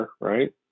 right